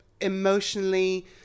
emotionally